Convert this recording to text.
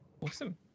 awesome